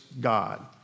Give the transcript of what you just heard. God